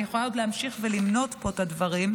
אני יכולה להמשיך ולמנות פה את הדברים.